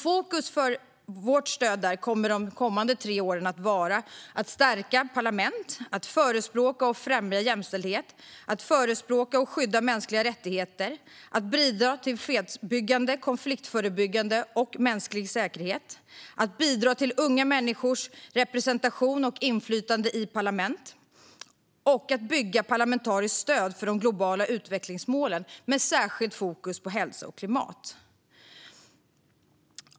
Fokus för Sveriges stöd de kommande tre åren kommer att vara att stärka parlament, att förespråka och främja jämställdhet, att förespråka och skydda mänskliga rättigheter, att bidra till fredsbyggande, konfliktförebyggande och mänsklig säkerhet, att bidra till unga människors representation och inflytande i parlament och att bygga parlamentariskt stöd för de globala utvecklingsmålen med särskilt fokus på hälsa och klimat.